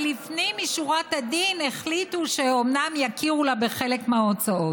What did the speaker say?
ולפנים משורת הדין החליטו שאומנם יכירו לה בחלק מההוצאות.